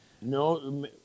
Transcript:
No